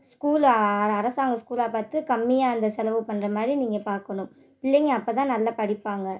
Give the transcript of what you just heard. school அர அரசாங்கம் ஸ்கூலாக பார்த்து கம்மியாக அந்த செலவு பண்ணுற மாதிரி நீங்கள் பார்க்குணும் பிள்ளைங்கள் அப்போ தான் நல்ல படிப்பாங்கள்